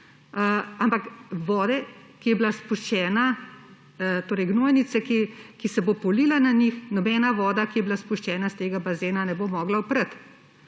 ampak vode, ki je bila izpuščena, torej gnojnice, ki se bo polila na njih, nobena voda, ki je bila izpuščena iz tega bazena, ne bo mogla oprati.